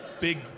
Big